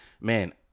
man